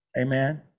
Amen